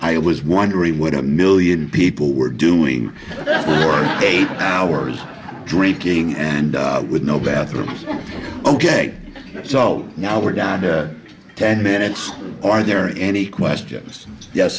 i was wondering what a million people were doing that work eight hours drinking and with no bathrooms ok so now we're down to ten minutes are there any questions yes